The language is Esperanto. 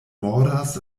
mordas